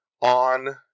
on